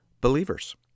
believers